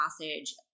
passage